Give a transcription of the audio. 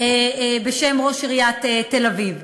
בשם ראש עיריית תל-אביב.